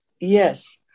Yes